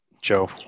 Joe